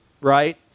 right